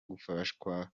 gufashwa